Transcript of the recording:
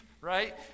right